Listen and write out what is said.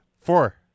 four